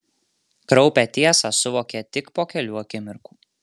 kraupią tiesą suvokė tik po kelių akimirkų